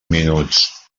minuts